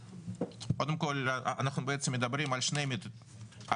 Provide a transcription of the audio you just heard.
קודם כל אנחנו בעצם מדברים על שני מבנים,